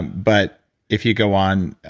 but if you go on.